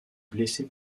blesser